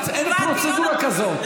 אין פרוצדורה כזאת.